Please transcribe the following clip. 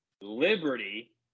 Liberty